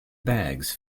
bags